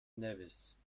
nevis